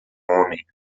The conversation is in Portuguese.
homem